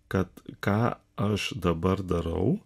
kad ką aš dabar darau